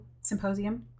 Symposium